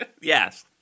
Yes